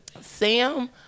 Sam